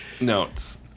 notes